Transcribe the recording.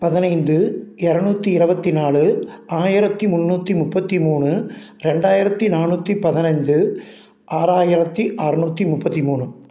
பதினைந்து இரநூத்தி இருவத்தி நாலு ஆயிரத்து முன்னூற்றி முப்பத்து மூணு ரெண்டாயிரத்து நானூற்றி பதினைந்து ஆறாயிரத்து அறநூத்தி முப்பத்து மூணு